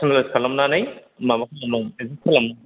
अइभास खालामनानै माबा होजोबनांगौमोन खेबसेनो परवाट